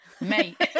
mate